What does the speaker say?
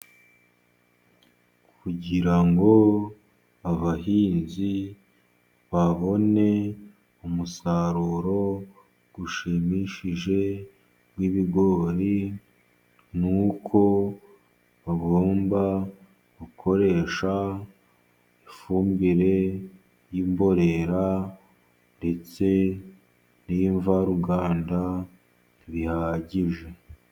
Kugira ngo abahinzi babone umusaruro ushimishije w'ibigori , ni uko bagomba gukoresha ifumbire, y'imborera ndetse n'imvaruganda bihagije.